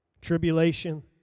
Tribulation